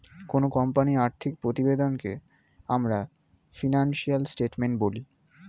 কোনো কোম্পানির আর্থিক প্রতিবেদনকে আমরা ফিনান্সিয়াল স্টেটমেন্ট বলি